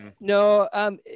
no